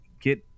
get